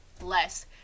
less